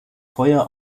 feuer